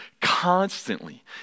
constantly